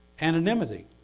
anonymity